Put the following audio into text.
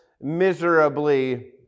miserably